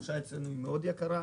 החופשה אצלנו מאוד יקרה.